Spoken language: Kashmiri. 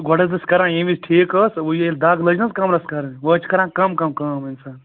گۄڈٕ حظ ٲس کَران ییٚمۍ ویٖز ٹھیٖک ٲس وۄنۍ ییٚلہِ دَگ لٔج نہٕ حظ کَمرَس کَرٕنۍ وۄنۍ حظ چھِ کَران کَم کَم کٲم اِنسان